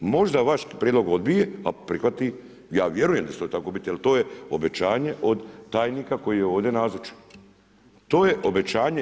Možda vaš prijedlog odbije, a prihvati, ja vjerujem da će to tako biti jel to je obećanje od tajnika koji je ovdje nazočan, to je obećanje.